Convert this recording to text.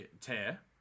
Tear